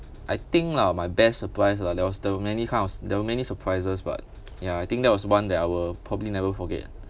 I think lah my best surprise lah there was there were many kind of there were many surprises but ya I think that was one that I will probably never forget